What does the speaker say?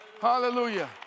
Hallelujah